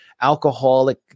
alcoholic